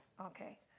Okay